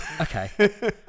Okay